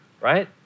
right